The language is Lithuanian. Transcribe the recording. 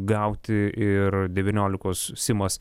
gauti ir devyniolikos simas